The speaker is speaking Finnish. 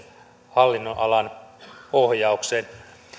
hallin nonalan ohjaukseen